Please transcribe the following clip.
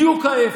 בדיוק ההפך.